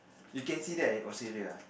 you can see that in Australia ah